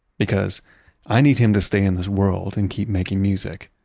because i need him to stay in this world and keep making music.